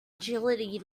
agility